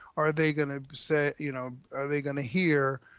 are they gonna say, you know, are they gonna hear,